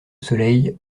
soleil